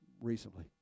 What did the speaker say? recently